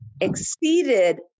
exceeded